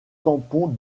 tampon